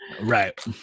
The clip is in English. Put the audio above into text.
right